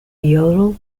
yodel